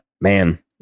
man